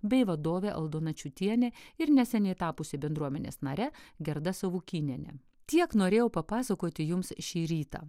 bei vadovė aldona čiutienė ir neseniai tapusi bendruomenės nare gerda savukynienė tiek norėjau papasakoti jums šį rytą